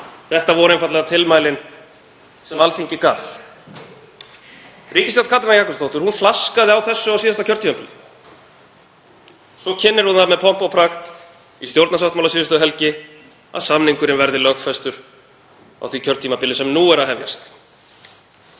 Þetta voru einfaldlega tilmælin sem Alþingi gaf. Ríkisstjórn Katrínar Jakobsdóttur flaskaði á þessu á síðasta kjörtímabili. Svo kynnir hún það með pompi og prakt í stjórnarsáttmála um síðustu helgi að samningurinn verði lögfestur á því kjörtímabili sem nú er að hefjast.